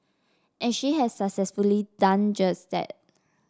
and she has successfully done just that